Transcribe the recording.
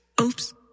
Oops